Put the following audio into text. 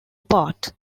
apart